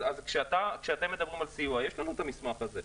אז כשאתם מדברים על סיוע, יש לנו את המסמך הזה.